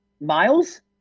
miles